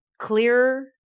clearer